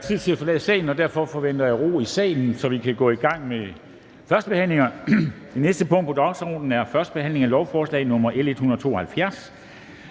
været tid til at forlade salen, og derfor forventer jeg ro i salen, så vi kan gå i gang med førstebehandlingerne. --- Det næste punkt på dagsordenen er: 7) 1. behandling af lovforslag nr. L 172: